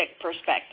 perspective